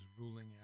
ruling